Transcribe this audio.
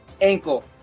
ankle